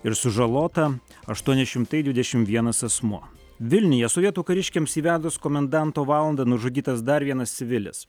ir sužalota aštuoni šimtai dvidešim vienas asmuo vilniuje sovietų kariškiams įvedus komendanto valandą nužudytas dar vienas civilis